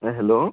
hello